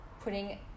putting